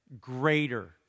greater